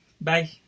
bye